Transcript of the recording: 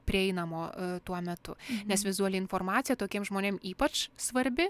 prieinamo tuo metu nes vizuali informacija tokiem žmonėm ypač svarbi